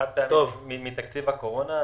-- חד-פעמי מתקציב הקורונה.